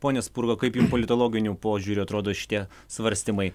pone spurga kaip jum politologiniu požiūriu atrodo šitie svarstymai